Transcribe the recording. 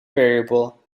variable